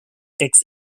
tax